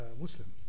Muslim